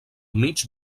mig